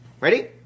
Ready